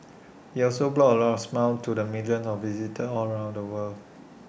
he also brought A lots of smiles to the millions of visitors all around the world